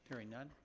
hearing none.